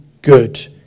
good